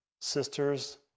sisters